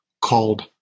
called